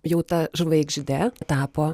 jau ta žvaigžde tapo